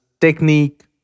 technique